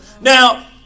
Now